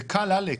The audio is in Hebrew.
זה קל, אלכס.